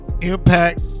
Impact